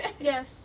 Yes